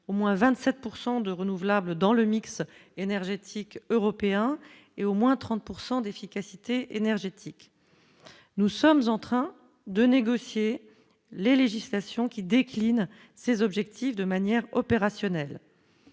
au moins 27 pourcent de renouvelable dans le mix énergétique européen, et au moins 30 pourcent d'efficacité énergétique, nous sommes en train de négocier les législations qui décline ses objectifs de manière opérationnelle,